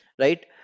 right